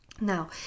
Now